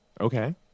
Okay